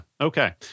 Okay